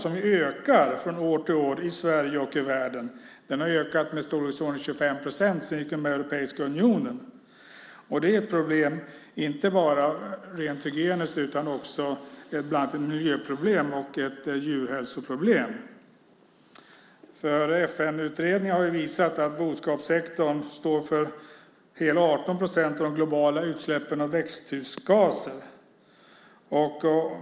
Den ökar från år till år i Sverige och världen. Den har ökat med i storleksordningen 25 procent sedan vi gick med i Europeiska unionen. Det är ett problem, inte bara hygieniskt sådant, utan också bland annat ett miljöproblem och ett djurhälsoproblem. FN-utredningen har visat att boskapssektorn står för hela 18 procent av de globala utsläppen av växthusgaser.